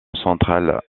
centrale